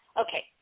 Okay